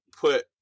put